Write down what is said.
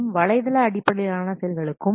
மேலும் வலைதள அடிப்படையிலான செயல்களுக்கும்